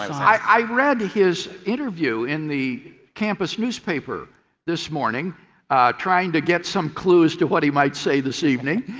i read his interview in the campus newspaper this morning trying to get some clues to what he might say this evening.